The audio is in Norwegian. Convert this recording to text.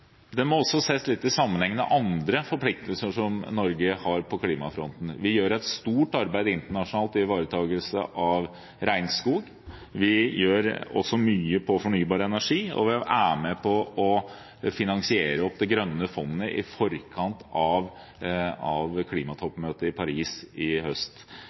Det må også ses i sammenheng med andre forpliktelser Norge har på klimafronten. Vi gjør et stort arbeid internasjonalt i ivaretakelse av regnskog. Vi gjør også mye når det gjelder fornybar energi, og vi er med på å finansiere opp det grønne fondet i forkant av klimatoppmøtet i Paris i høst.